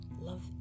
Love